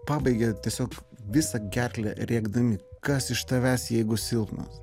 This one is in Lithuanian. pabaigė tiesiog visa gerkle rėkdami kas iš tavęs jeigu silpnas